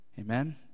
Amen